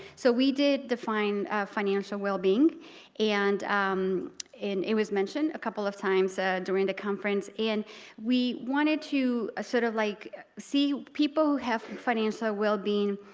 so we did define financial well-being and and it was mentioned a couple of times during the conference and we wanted to sort of like see people have financial well-being